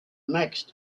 next